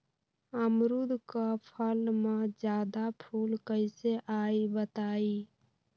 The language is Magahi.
अमरुद क फल म जादा फूल कईसे आई बताई?